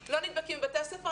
לא נדבקים בבתי הספר,